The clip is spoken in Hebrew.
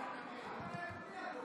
אפשר לפתור את הדברים הפשוטים בערב.